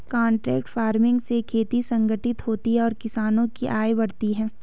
contract farming से खेती संगठित होती है और किसानों की आय बढ़ती है